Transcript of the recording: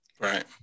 Right